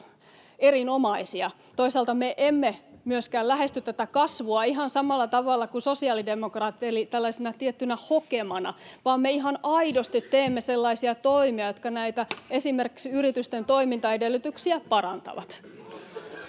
erinomaisia. Toisaalta me emme myöskään lähesty tätä kasvua ihan samalla tavalla kuin sosiaalidemokraatit eli tällaisena tiettynä hokemana, vaan me ihan aidosti teemme sellaisia toimia, jotka esimerkiksi näitä yritysten toimintaedellytyksiä parantavat.